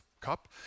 cup